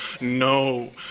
no